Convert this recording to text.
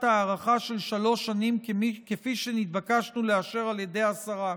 הארכה של שלוש שנים כפי שנתבקשנו לאשר על ידי השרה,